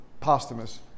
posthumous